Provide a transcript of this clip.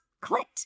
clicked